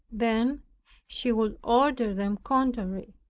then she would order them contrary.